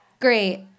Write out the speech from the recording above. Great